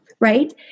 right